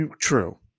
true